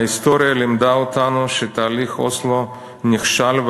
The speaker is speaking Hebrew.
ההיסטוריה לימדה אותנו שתהליך אוסלו נכשל,